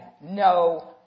no